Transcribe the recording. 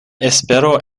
espero